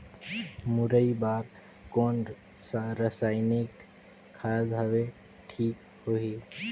मुरई बार कोन सा रसायनिक खाद हवे ठीक होही?